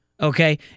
Okay